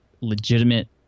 legitimate